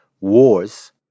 wars